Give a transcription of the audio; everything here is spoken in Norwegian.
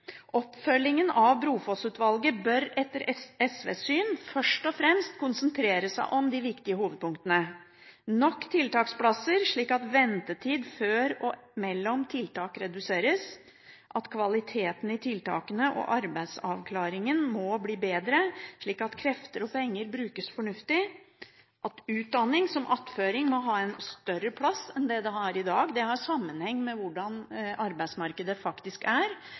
Oppfølgingen av Brofoss-utvalgets rapport bør etter SVs syn først og fremst konsentrere seg om de viktige hovedpunktene: Nok tiltaksplasser slik at ventetid før og mellom tiltak reduseres Kvaliteten i tiltakene og arbeidsavklaringen må bli bedre, slik at krefter og penger brukes fornuftig Utdanning som attføring må ha en større plass enn det det har i dag – det har sammenheng med hvordan arbeidsmarkedet faktisk er